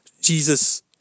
Jesus